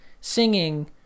singing